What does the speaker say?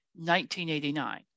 1989